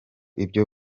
ibyo